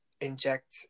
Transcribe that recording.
inject